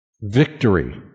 victory